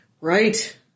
right